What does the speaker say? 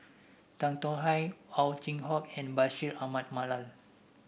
Tan Tong Hye Ow Chin Hock and Bashir Ahmad Mallal